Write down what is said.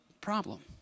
problem